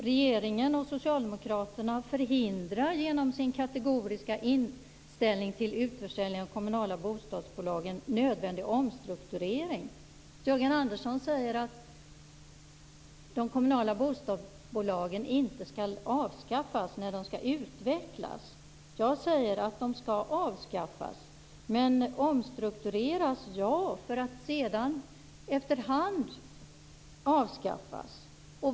Regeringen och socialdemokraterna förhindrar genom sin kategoriska inställning till utförsäljning av de kommunala bostadsbolagen nödvändig omstrukturering. Jörgen Andersson säger att de kommunala bostadsbolagen inte skall avskaffas utan utvecklas. Jag säger att de skall avskaffas. De skall omstruktureras för att sedan efter hand avskaffas.